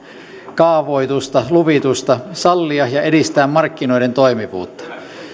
kaavoitusta luvitusta sallia ja edistää markkinoiden toimivuutta